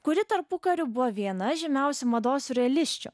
kuri tarpukariu buvo viena žymiausių mados siurrealisčių